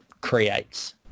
creates